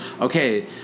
okay